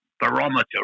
barometer